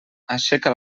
aixeca